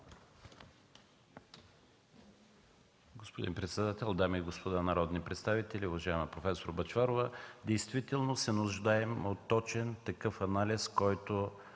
Господин председател, дами и господа народни представители, уважаема професор Бъчварова! Действително се нуждаем от точен анализ, който